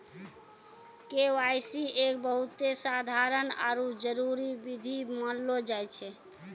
KYC एक बहुते साधारण आरु जरूरी विधि मानलो जाय छै